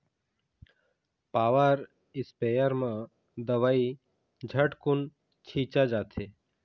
power sprayer म दवई झटकुन छिंचा जाथे